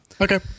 Okay